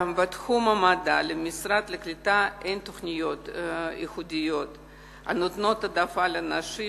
בתחום המדע למשרד הקליטה אין תוכניות ייחודיות הנותנות העדפה לנשים.